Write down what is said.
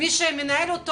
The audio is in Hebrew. מי שמנהל אותו